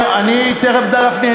תכף, גפני.